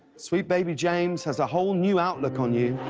sweet baby james has a whole new outlook on you.